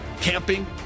camping